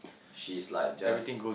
she's like just